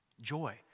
Joy